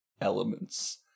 elements